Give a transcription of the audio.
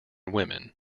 women